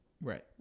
right